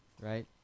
right